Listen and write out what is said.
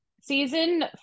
season